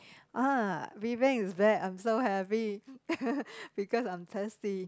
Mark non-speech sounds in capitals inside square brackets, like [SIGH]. ah Vivian is back I'm so happy [LAUGHS] because I'm thirsty